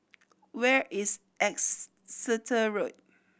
where is Exeter Road